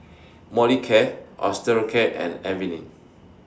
Molicare Osteocare and Avene